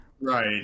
right